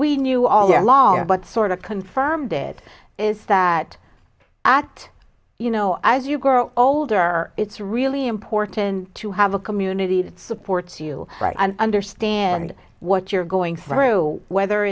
we knew all along but sort of confirmed dead is that at you know as you grow older it's really important to have a community that supports you and understand what you're going through whether